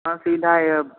हँ सीधा आबि